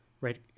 right